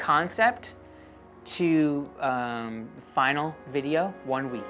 concept to final video one week